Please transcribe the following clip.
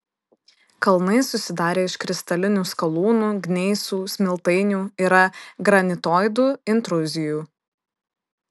kalnai susidarę iš kristalinių skalūnų gneisų smiltainių yra granitoidų intruzijų